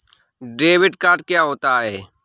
Debit card क्या होता है?